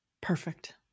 Perfect